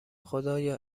خدایا